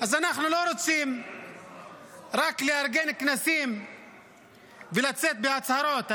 אז אנחנו לא רוצים רק לארגן כנסים ולצאת בהצהרות,